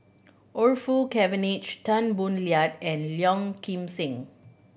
Orfeur Cavenagh Tan Boo Liat and Kim Seng